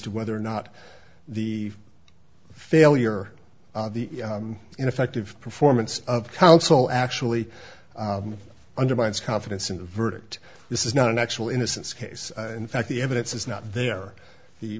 to whether or not the failure of the ineffective performance of counsel actually undermines confidence in the verdict this is not an actual innocence case in fact the evidence is not there the